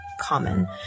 common